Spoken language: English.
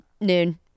noon